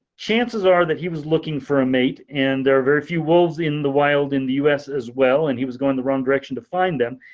chances are that he was looking for a mate. and there are very few wolves in the wild in the us as well and he was going the wrong direction to find them.